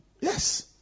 Yes